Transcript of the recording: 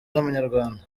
z’amanyarwanda